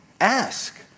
Ask